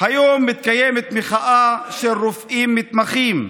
היום מתקיימת מחאה של רופאים מתמחים,